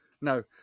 No